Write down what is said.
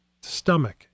stomach